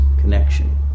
connection